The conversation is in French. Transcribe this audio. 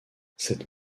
cette